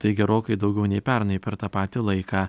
tai gerokai daugiau nei pernai per tą patį laiką